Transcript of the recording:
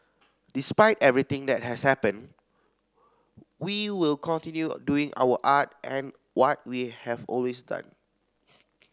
despite everything that has happened we will continue doing our art and what we have always done